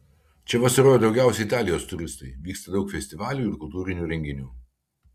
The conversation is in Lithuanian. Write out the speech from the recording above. čia vasaroja daugiausiai italijos turistai vyksta daug festivalių ir kultūrinių renginių